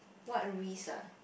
what risk ah